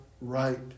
right